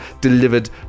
delivered